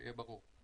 שיהיה ברור.